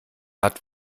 hat